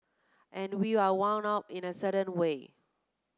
and we are wound up in a certain way